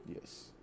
Yes